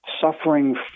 suffering